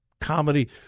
comedy